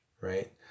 right